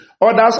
others